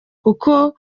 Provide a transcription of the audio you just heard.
kuko